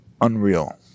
Unreal